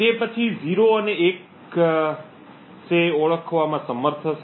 તેથી તે પછી 0 અને 1 સે ઓળખવામાં સમર્થ હશે